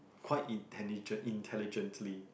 quite intelligent intelligently